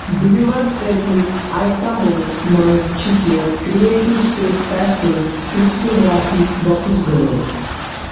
deliver کٔرۍمٕتۍ اَیٹمو منٛز چھِ کیٚنٛہہ creative space pastel crystal rakhi box غٲب